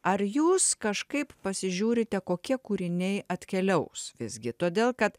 ar jūs kažkaip pasižiūrite kokie kūriniai atkeliaus visgi todėl kad